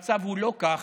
המצב הוא לא כך,